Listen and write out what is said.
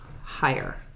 higher